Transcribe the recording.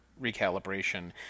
recalibration